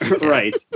Right